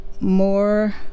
more